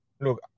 look